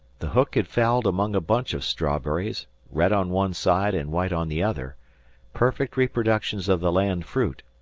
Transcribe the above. the hook had fouled among a bunch of strawberries, red on one side and white on the other perfect reproductions of the land fruit,